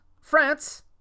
France